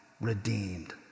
redeemed